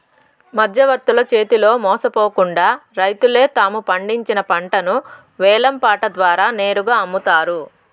మధ్యవర్తుల చేతిలో మోసపోకుండా రైతులే తాము పండించిన పంటను వేలం పాట ద్వారా నేరుగా అమ్ముతారు